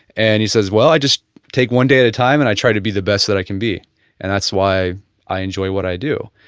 and he says well i just take one day at a time and i tried to be the best that i can be and that's why i enjoy what i do.